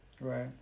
right